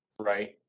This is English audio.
right